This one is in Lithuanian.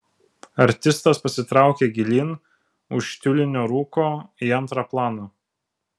artistas pasitraukė gilyn už tiulinio rūko į antrą planą